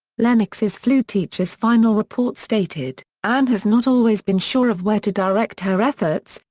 lennox's flute teacher's final report stated ann has not always been sure of where to direct her efforts,